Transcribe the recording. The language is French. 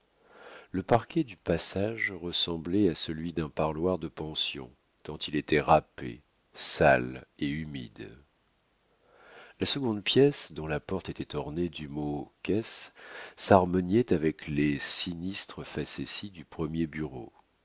le parquet du passage ressemblait à celui d'un parloir de pension tant il était râpé sale et humide la seconde pièce dont la porte était ornée du mot caisse s'harmoniait avec les sinistres facéties du premier bureau